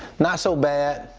not so bad,